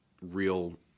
real